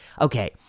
Okay